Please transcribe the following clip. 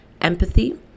empathy